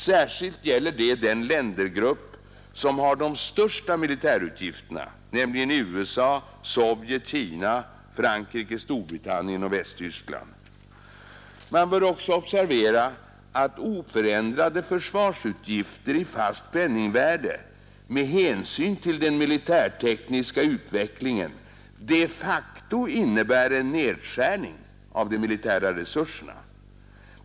Särskilt gäller det den ländergrupp som har de största militärutgifterna nämligen USA, Sovjet, Kina, Frankrike, Storbritannien och Västtyskland. Man bör också observera att oförändrade försvarsutgifter i fast penningvärde med hänsyn till den militärtekniska utvecklingen de facto innebär en nedskärning av de militära resurserna.